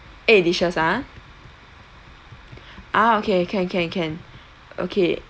eight dishes ah ah okay can can can okay